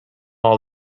all